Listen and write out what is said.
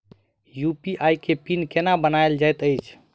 UPI केँ PIN केना बनायल जाइत अछि